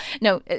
No